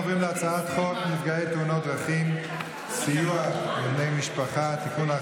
אנחנו עוברים להצעת חוק נפגעי תאונות דרכים (סיוע לבני משפחה) (תיקון,